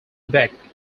beck